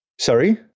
Sorry